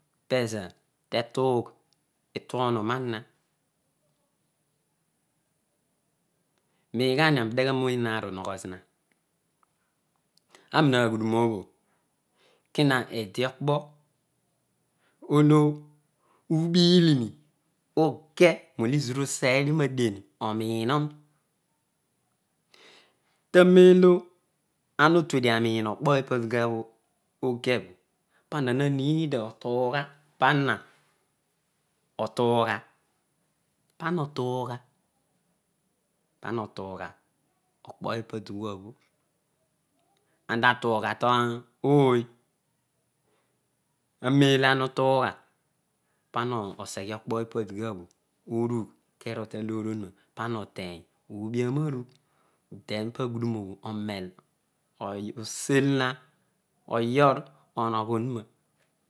Pezo tetugh atuohom ana nyidhuihi aro udeghe no yii aar unogho zina ana miin aghudum obho kua ediokpo olo obiiri uge molo ubeghedio nadien animoro tanen lo ana oyuedio anin okpoipa dikabho ugebho pana na need otugha pana otuugha pana otuugha pana otuugha okpoipadikuabho an ta tugha tooy, tanenlo okpoipadikia obho orugh ke rool taloorohuna ipana oterny oobianarugh pa ghudunobho anen oseel oyoor onogho onuna